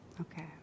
okay